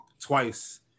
twice